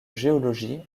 géologie